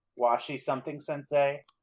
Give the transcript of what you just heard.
Washi-something-sensei